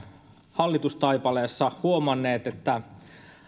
hallitustaipaleessa huomanneet että